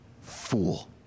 Fool